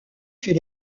fait